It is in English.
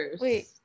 wait